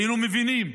היינו מבינים.